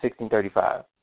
1635